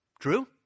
True